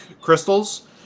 crystals